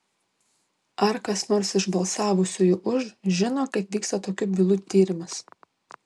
ar kas nors iš balsavusiųjų už žino kaip vyksta tokių bylų tyrimas